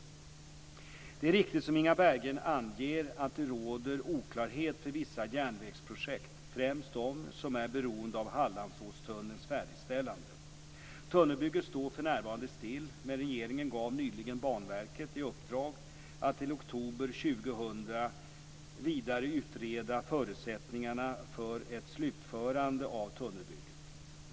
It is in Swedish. Det är riktigt som Inga Berggren anger att det råder oklarheter för vissa järnvägsprojekt, främst de som är beroende av Hallandsåstunnelns färdigställande. Tunnelbygget står för närvarande still, men regeringen gav nyligen Banverket i uppdrag att till oktober 2000 vidare utreda förutsättningarna för ett slutförande av tunnelbygget.